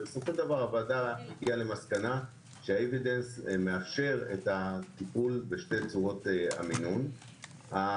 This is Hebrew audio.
והוועדה הגיעה למסקנה שההוכחות מאפשר את הטיפול בשתי צורות המינון.